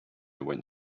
went